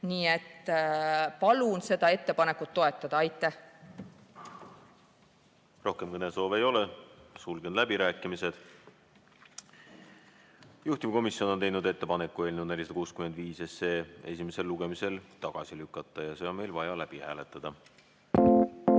Nii et palun seda ettepanekut toetada! Aitäh! Rohkem kõnesoove ei ole, sulgen läbirääkimised. Juhtivkomisjon on teinud ettepaneku eelnõu 465 esimesel lugemisel tagasi lükata. See on meil vaja läbi hääletada. Head